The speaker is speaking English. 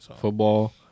Football